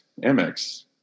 Amex